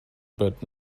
but